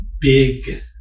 big